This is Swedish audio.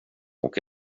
och